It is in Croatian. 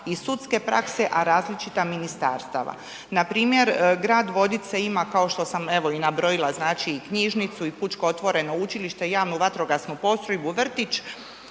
i sudske prakse a različita ministarstva. Npr. grad Vodice ima kao što sam evo i nabrojila znači knjižnicu, i pučko otvoreno učilište i javnu vatrogasnu postrojbu, vrtić,